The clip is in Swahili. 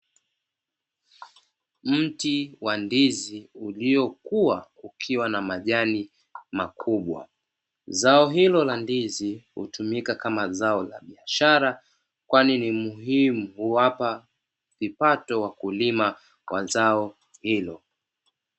Mti wa ndizi uliokua ukiwa na majani makubwa. Zao hilo la ndizi hutumika kama zao la biashara kwani ni muhimu huwapa kipato wakulima wa zao hilo.